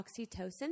oxytocin